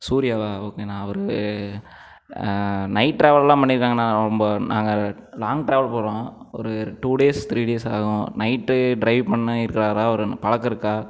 சூர்யாவா ஓகேணா அவர் நைட் ட்ராவல்லாம் பண்ணியிருக்காங்கண்ணா ரொம்ப நாங்கள் லாங் ட்ராவல் போகிறோம் ஒரு டூ டேஸ் த்ரீ டேஸ் ஆகும் நைட்டு ட்ரைவ் பண்ணியிருக்குறாரா அவர் பழக்கம் இருக்கா